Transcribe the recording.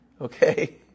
Okay